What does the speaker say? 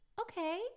okay